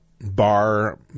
bar